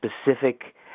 specific